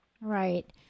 Right